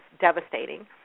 devastating